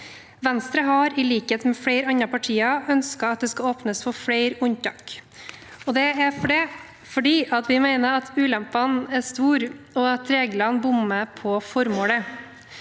Venstre har, i likhet med flere andre partier, ønsket at det skal åpnes for flere unntak. Det er fordi vi mener at ulempene er store, og at reglene bommer på formålet.